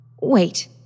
Wait